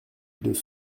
deux